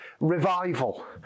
revival